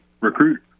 recruit